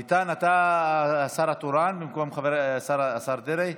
אביטן, אתה השר התורן במקום השר דרעי?